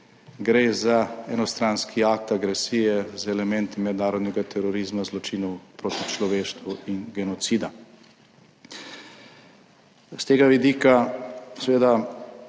Gre za enostranski akt agresije z elementi mednarodnega terorizma, zločinov proti človeštvu in genocida. S tega vidika seveda